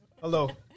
Hello